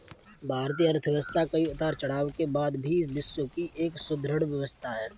भारतीय अर्थव्यवस्था कई उतार चढ़ाव के बाद भी विश्व की एक सुदृढ़ व्यवस्था है